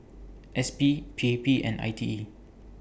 S P P A P and I T E